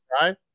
right